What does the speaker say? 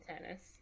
tennis